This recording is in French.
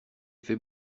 fais